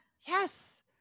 yes